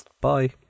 bye